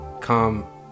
come